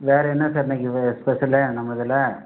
வேறு என்ன சார் இன்னைக்கி ஸ்பெஷலு நம்ம இதில்